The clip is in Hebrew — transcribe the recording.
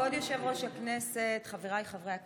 כבוד יושב-ראש הכנסת, חבריי חברי הכנסת,